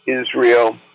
Israel